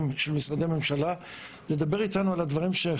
של משרדי ממשלה לדבר איתנו על הדברים.